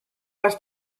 was